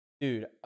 dude